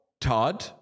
Todd